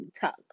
talk